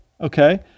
Okay